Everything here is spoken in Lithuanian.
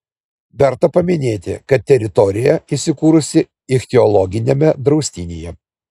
verta paminėti kad teritorija įsikūrusi ichtiologiniame draustinyje